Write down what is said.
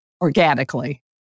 organically